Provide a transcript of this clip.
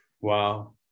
Wow